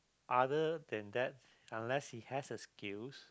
other than that unless he has a skills